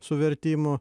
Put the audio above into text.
su vertimu